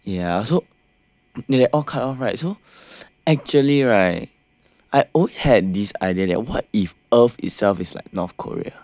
ya so they are all cut off right so actually right I always had this idea that what if earth itself is like North Korea